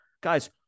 Guys